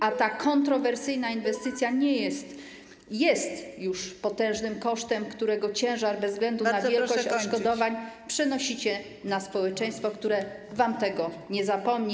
A ta kontrowersyjna inwestycja jest już potężnym kosztem, którego ciężar bez względu na wysokość odszkodowań przenosicie na społeczeństwo, które wam tego nie zapomni.